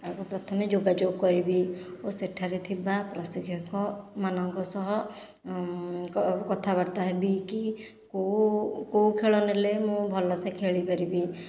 ଆଗ ପ୍ରଥମେ ଯୋଗାଯୋଗ କରିବି ଓ ସେଠାରେ ଥିବା ପ୍ରଶିକ୍ଷକମାନଙ୍କ ସହ କଥାବାର୍ତ୍ତା ହେବି କି କେଉଁ କେଉଁ ଖେଳ ନେଲେ ମୁଁ ଭଲସେ ଖେଳିପାରିବି